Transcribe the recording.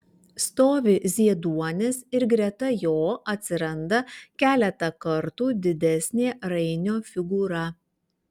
stovi zieduonis ir greta jo atsiranda keletą kartų didesnė rainio figūra